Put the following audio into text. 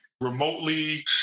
Remotely